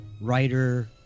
writer